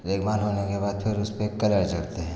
रेगमाल होने के बाद फिर उसपे कलर चढ़ते हैं